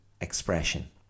expression